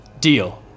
Deal